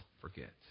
forget